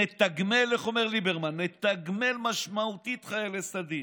איך אומר ליברמן, "נתגמל משמעותית חיילי סדיר.